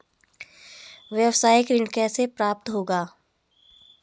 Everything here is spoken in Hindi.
व्यावसायिक ऋण कैसे प्राप्त होगा?